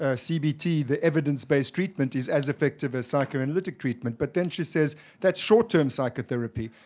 ah cbt, the evidence-based treatment. is as effective as psychoanalytic treatment, but then she says that's short-term psychotherapy.